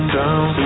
down